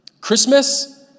Christmas